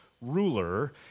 ruler